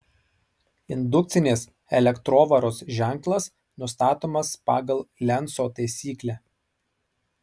indukcinės elektrovaros ženklas nustatomas pagal lenco taisyklę